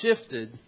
shifted